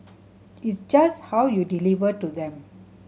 it's just how you deliver to them